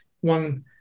one